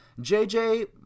JJ